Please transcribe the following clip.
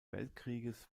weltkrieges